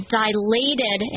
dilated